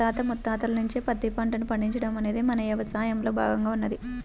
మన తాత ముత్తాతల నుంచే పత్తి పంటను పండించడం అనేది మన యవసాయంలో భాగంగా ఉన్నది